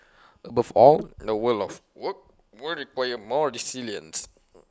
above all the world of work will require more resilience